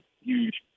huge